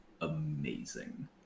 amazing